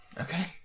Okay